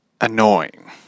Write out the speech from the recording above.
annoying